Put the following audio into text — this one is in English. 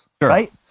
right